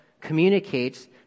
communicates